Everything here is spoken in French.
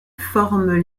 forment